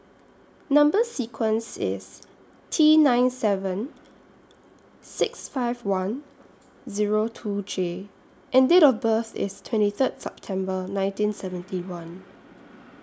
Number sequence IS T nine seven six five one Zero two J and Date of birth IS twenty Third September nineteen seventy one